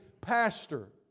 pastor